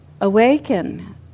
awaken